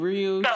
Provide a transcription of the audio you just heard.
Real